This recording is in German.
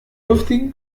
luftigen